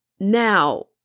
Now